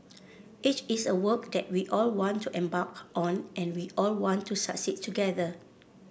it is a work that we all want to embark on and we all want to succeed together